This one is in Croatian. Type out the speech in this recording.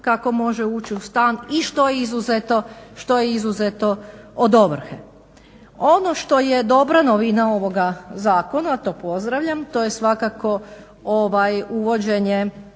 kako može ući u stan i što je izuzeto od ovrhe. Ono što je dobra novina ovoga zakona, to pozdravljam, to je svakako ovaj uvođenje